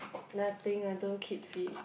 nothing I don't keep fit